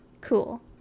Cool